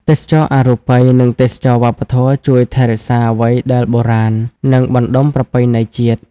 ទេសចរណ៍អរូបី និងទេសចរណ៍វប្បធម៌ជួយថែរក្សាអ្វីដែលបុរាណ និងបណ្ដុំប្រពៃណីជាតិ។